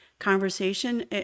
conversation